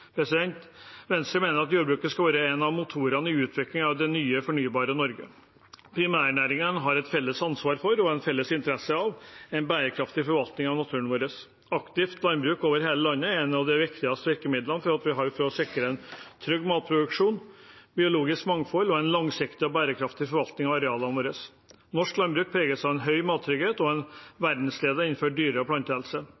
Venstre mener at jordbruket skal være en av motorene i utviklingen av det nye, fornybare Norge. Primærnæringene har et felles ansvar for og en felles interesse av en bærekraftig forvaltning av naturen vår. Aktivt landbruk over hele landet er et av de viktigste virkemidlene vi har for å sikre trygg matproduksjon, biologisk mangfold og en langsiktig og bærekraftig forvaltning av arealene våre. Norsk landbruk preges av høy mattrygghet og